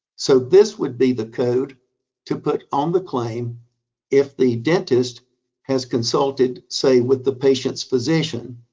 so this would be the code to put on the claim if the dentist has consulted, say, with the patient's physician.